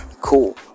cool